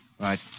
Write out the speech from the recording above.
Right